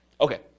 Okay